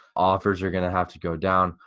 offers are gonna have to go down.